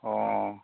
অঁ